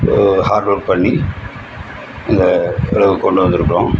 heart work பண்ணி இந்த அளவுக்கு கொண்டு வந்திருக்கிறோம்